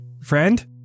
friend